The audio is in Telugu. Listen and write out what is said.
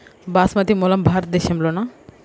బాస్మతి మూలం భారతదేశంలోనా?